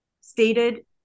stated